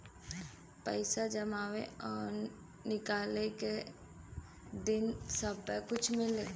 पैसा जमावे और निकाले के दिन सब्बे कुछ मिली